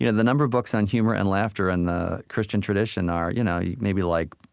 you know the number of books on humor and laughter and the christian tradition are you know yeah maybe like